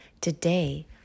Today